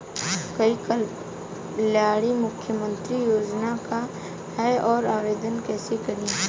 ई कल्याण मुख्यमंत्री योजना का है और आवेदन कईसे करी?